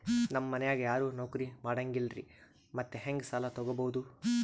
ನಮ್ ಮನ್ಯಾಗ ಯಾರೂ ನೌಕ್ರಿ ಮಾಡಂಗಿಲ್ಲ್ರಿ ಮತ್ತೆಹೆಂಗ ಸಾಲಾ ತೊಗೊಬೌದು?